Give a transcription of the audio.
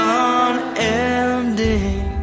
unending